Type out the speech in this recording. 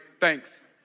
thanks